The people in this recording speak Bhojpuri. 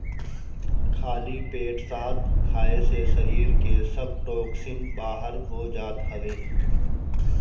खाली पेट शहद खाए से शरीर के सब टोक्सिन बाहर हो जात हवे